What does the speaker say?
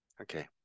Okay